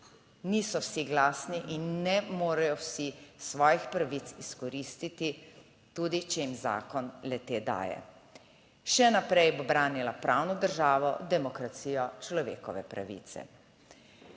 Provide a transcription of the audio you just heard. Niso vsi glasni in ne morejo vsi svojih pravic izkoristiti, tudi če jim zakon le te daje. Še naprej bo branila pravno državo, demokracijo, človekove pravice.